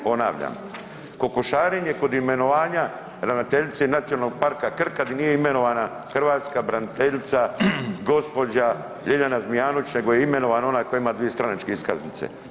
Ponavljam, kokošarenje kod imenovanja ravnateljice Nacionalnog parka Krka gdje nije imenovana hrvatska braniteljica gospođa Ljiljana Zmijanović, nego je imenovan onaj tko ima dvije stranačke iskaznice.